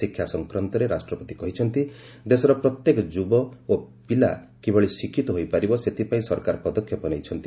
ଶିକ୍ଷା ସଂକ୍ରାନ୍ତରେ ରାଷ୍ଟ୍ରପତି କହିଛନ୍ତି ଦେଶର ପ୍ରତ୍ୟେକ ଯୁବା ଓ ପିଲା କିଭଳି ଶିକ୍ଷିତ ହୋଇପାରିବେ ସେଥିପାଇଁ ସରକାର ପଦକ୍ଷେପ ନେଇଛନ୍ତି